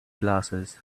glasses